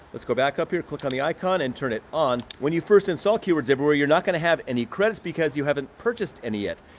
let's go back up here, click on the icon and turn it on. when you first install keywords everywhere. you're not gonna have any credits because you haven't purchased any yet.